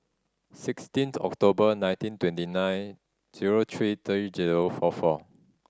sixteenth October nineteen twenty nine zero three three zero four four